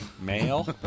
Male